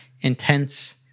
intense